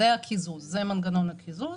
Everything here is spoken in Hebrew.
זה מנגנון הקיזוז.